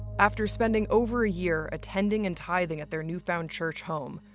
after spending over a year attending and tithing at their newfound church home,